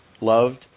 loved